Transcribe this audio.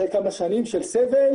אחרי כמה שנים של סבל,